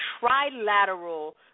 trilateral